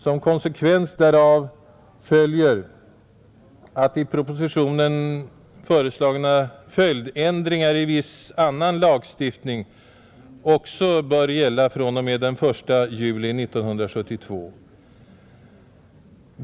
Som konsekvens därav följer att i propositionen föreslagna följdändringar i viss annan lagstiftning också bör gälla fr.o.m. den 1 juli 1972.